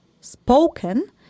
spoken